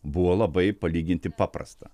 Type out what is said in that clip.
buvo labai palyginti paprasta